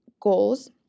goals